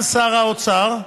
גם שר האוצר,